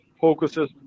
focuses